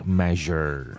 measure